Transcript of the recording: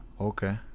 Okay